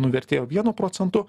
nuvertėjo vienu procentu